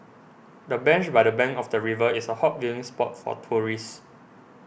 the bench by the bank of the river is a hot viewing spot for tourists